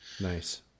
Nice